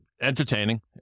entertaining